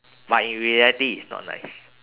but in reality it's not nice